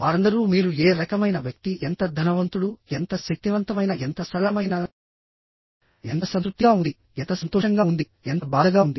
వారందరూ మీరు ఏ రకమైన వ్యక్తి ఎంత ధనవంతుడు ఎంత శక్తివంతమైన ఎంత సరళమైన ఎంత సంతృప్తిగా ఉంది ఎంత సంతోషంగా ఉంది ఎంత బాధగా ఉంది